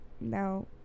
No